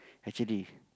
actually